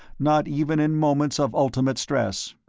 not even in moments of ultimate stress,